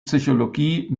psychologie